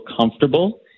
comfortable